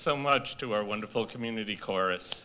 much to our wonderful community chorus